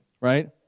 right